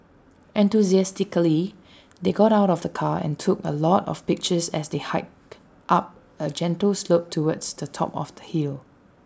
enthusiastically they got out of the car and took A lot of pictures as they hiked up A gentle slope towards the top of the hill